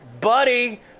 Buddy